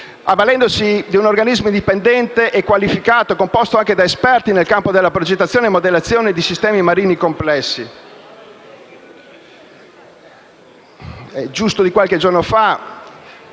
avvalendosi di un organismo indipendente e qualificato, composto anche da esperti nel campo della progettazione e modellazione di sistemi marini complessi.